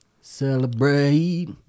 Celebrate